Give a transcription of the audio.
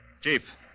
Chief